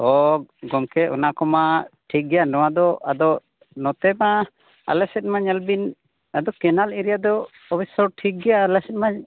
ᱚᱻ ᱜᱚᱢᱠᱮ ᱚᱱᱟ ᱠᱚᱢᱟ ᱴᱷᱤᱠ ᱜᱮᱭᱟ ᱱᱚᱣᱟᱫᱚ ᱟᱫᱚ ᱱᱚᱛᱮ ᱢᱟ ᱟᱞᱮ ᱥᱮᱫ ᱢᱟ ᱧᱮᱞ ᱵᱤᱱ ᱟᱫᱚ ᱠᱮᱱᱮᱞ ᱮᱨᱤᱭᱟ ᱫᱚ ᱚᱵᱚᱥᱥᱚ ᱴᱷᱤᱠ ᱜᱮᱭᱟ ᱟᱞᱮ ᱥᱮᱫ ᱢᱟ